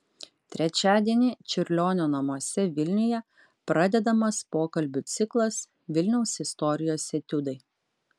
trečiadienį čiurlionio namuose vilniuje pradedamas pokalbių ciklas vilniaus istorijos etiudai